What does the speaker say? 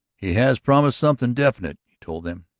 he has promised something definite, he told them.